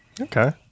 okay